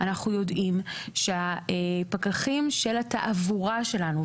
אנחנו יודעים שפקחי התעבורה שלנו,